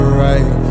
right